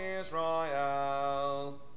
Israel